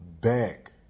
back